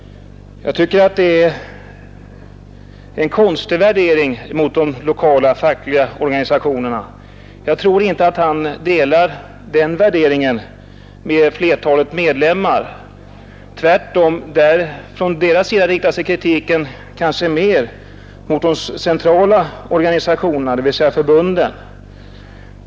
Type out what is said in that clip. Jag tycker att det är en konstig värdering av de lokala fackliga organisationerna. Jag tror inte att flertalet medlemmar delar hans värdering — tvärtom. Deras kritik riktar sig kanske mer mot de centrala organisationerna, dvs. förbunden.